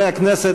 אפשר